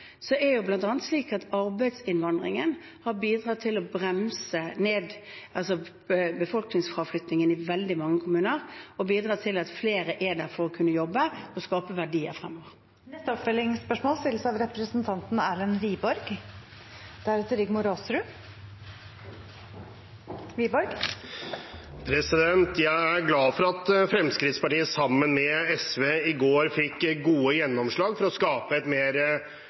er bl.a. slik at arbeidsinnvandringen har bidratt til å bremse befolkningsfraflyttingen i veldig mange kommuner og til at flere er der for å kunne jobbe og skape verdier fremover. Erlend Wiborg – til oppfølgingsspørsmål. Jeg er glad for at Fremskrittspartiet, sammen med SV, i går fikk gode gjennomslag for å skape et mer